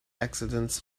accidents